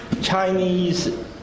Chinese